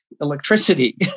electricity